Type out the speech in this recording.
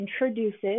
introduces